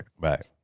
Right